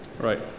Right